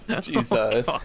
Jesus